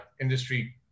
industry